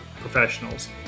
professionals